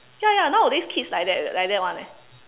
ya ya nowadays kids like that like that one eh